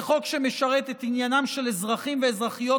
זה חוק שמשרת את עניינם של אזרחים ואזרחיות